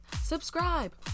subscribe